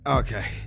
okay